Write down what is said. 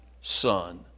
son